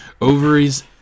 Ovaries